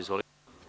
Izvolite.